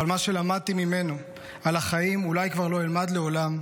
אבל את מה שלמדתי ממנו על החיים אולי כבר לא אלמד לעולם: